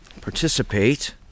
participate